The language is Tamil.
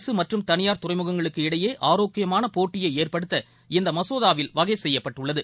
அரசு மற்றும் தனியார் துறைமுகங்களுக்கு இடையே ஆரோக்கியமான போட்டியை ஏற்படுத்த இந்த மசோதாவில் வகை செய்யப்பட்டுள்ளது